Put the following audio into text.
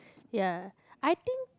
ya I think